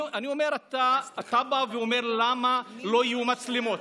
אתה בא ואומר: למה לא יהיו מצלמות?